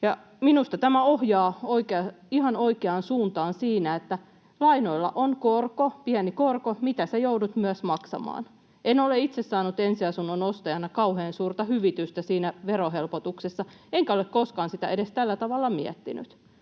Minusta tämä ohjaa ihan oikeaan suuntaan siinä, että lainoilla on korko, pieni korko, mitä sinä joudut myös maksamaan. En ole itse saanut ensiasunnon ostajana kauhean suurta hyvitystä siinä verohelpotuksessa — enkä ole koskaan sitä edes tällä tavalla miettinyt.